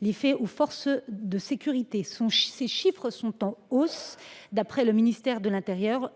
de tels faits aux forces de sécurité. Ces chiffres sont en hausse : d’après le ministère de l’intérieur,